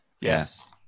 Yes